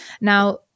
Now